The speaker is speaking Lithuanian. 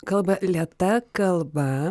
kalba lėta kalba